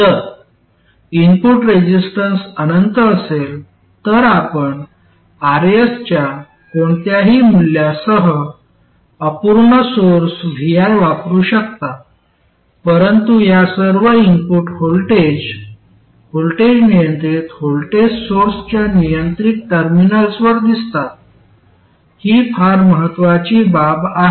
जर input resistance अनंत असेल तर आपण RS च्या कोणत्याही मूल्यासह अपूर्ण सोर्स vi वापरू शकता परंतु या सर्व इनपुट व्होल्टेज व्होल्टेज नियंत्रित व्होल्टेज सोर्सच्या नियंत्रित टर्मिनल्सवर दिसतात ही फार महत्वाची बाब आहे